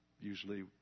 usually